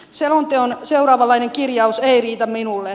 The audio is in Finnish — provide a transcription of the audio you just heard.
selonteon seuraavanlainen kirjaus ei riitä minulle